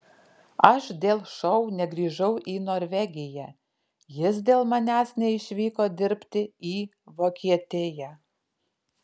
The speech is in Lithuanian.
aš dėl šou negrįžau į norvegiją jis dėl manęs neišvyko dirbti į vokietiją